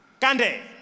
Kande